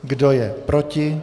Kdo je proti?